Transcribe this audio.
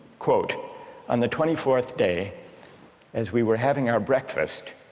quote on the twenty fourth day as we were having our breakfast